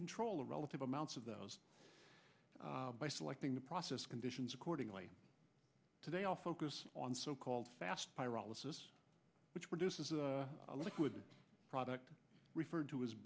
control the relative amounts of those by selecting the process conditions accordingly today all focus on so called fast pyrolysis which produces a liquid product referred to